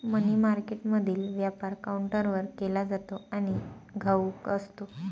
मनी मार्केटमधील व्यापार काउंटरवर केला जातो आणि घाऊक असतो